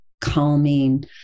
calming